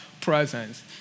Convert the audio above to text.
presence